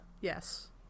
Yes